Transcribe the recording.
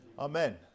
Amen